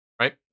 Right